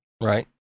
Right